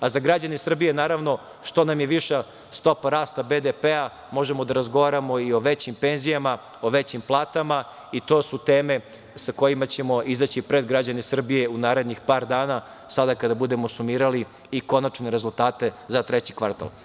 Za građane Srbije, naravno, što nam je viša stopa rasta BDP-a, možemo da razgovaramo i o većim penzijama, o većim platama, i to su teme sa kojima ćemo izaći pred građane Srbije u narednih par dana, sada kada budemo sumirali i konačne rezultate za treći kvartal.